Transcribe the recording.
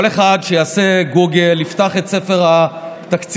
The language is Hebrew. כל אחד שיעשה גוגל ויפתח את ספר התקציב,